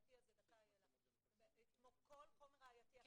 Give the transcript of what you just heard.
הראייתי הזה כמו כל חומר ראייתי אחר,